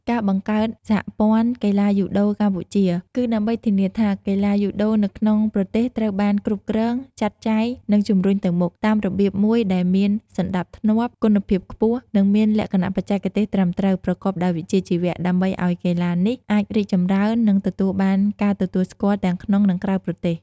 ការបង្កើត សហព័ន្ធកីឡាយូដូកម្ពុជា គឺដើម្បីធានាថា កីឡាយូដូនៅក្នុងប្រទេសត្រូវបាន គ្រប់គ្រង ចាត់ចែង និងជំរុញទៅមុខ តាមរបៀបមួយដែលមាន សណ្ដាប់ធ្នាប់ គុណភាពខ្ពស់ និងមានលក្ខណៈបច្ចេកទេសត្រឹមត្រូវ ប្រកបដោយវិជ្ជាជីវៈ ដើម្បីឱ្យកីឡានេះអាចរីកចម្រើន និងទទួលបានការទទួលស្គាល់ទាំងក្នុងនិងក្រៅប្រទេស។